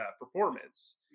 performance